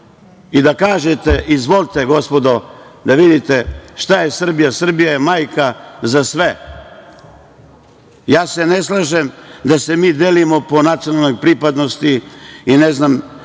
i da kažete – izvolite gospodo, da vidite šta je Srbija, Srbija je majka za sve. Ne slažem se da se mi delimo po nacionalnoj pripadnosti, veri itd.